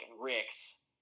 Ricks